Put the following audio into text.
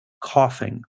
coughing